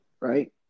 Right